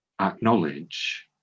acknowledge